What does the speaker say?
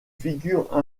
figure